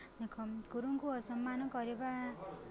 ଦେଖ ଗୁରୁଙ୍କୁ ଅସମ୍ମାନ କରିବା